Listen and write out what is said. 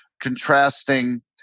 contrasting